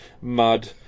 mud